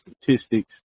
statistics